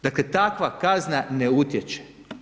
Dakle, takva kazna ne utječe.